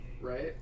right